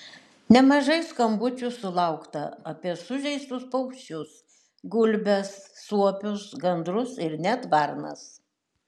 nemažai skambučių sulaukta apie sužeistus paukščius gulbes suopius gandrus ir net varnas